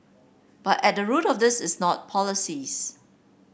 but at the root of this is not policies